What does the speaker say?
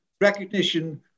recognition